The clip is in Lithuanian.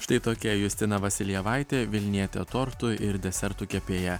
štai tokia justina vasiljevaitė vilnietė tortų ir desertų kepėja